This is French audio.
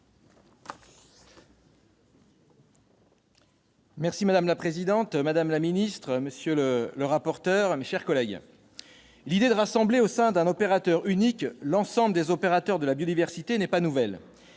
Madame la présidente, madame la secrétaire d'État, monsieur le rapporteur, mes chers collègues, l'idée de rassembler au sein d'un opérateur unique l'ensemble des opérateurs de la biodiversité n'est pas nouvelle.